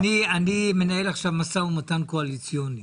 אני מנהל עכשיו משא-ומתן קואליציוני